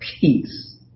peace